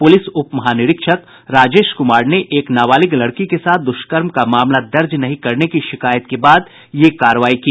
police उप महानिरीक्षक राजेश कुमार ने एक नाबालिग लड़की के साथ दुष्कर्म का मामला दर्ज नहीं करने की शिकायत के बाद यह कार्रवाई की